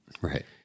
Right